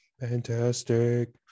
fantastic